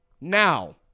Now